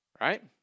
right